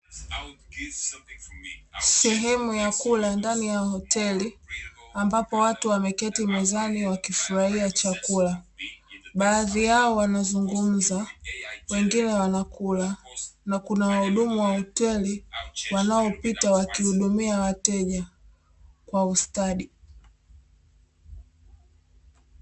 Sehemu ya kula ndani ya hoteli ambapo watu wameketi mezani wakifurahia chakula, baadhi yao wanazungumza wengine wanakula, na kuna wahudumu wa hoteli wanaopita wakihudumia wateja kwa ustadi.